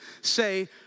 say